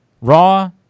Raw